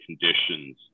conditions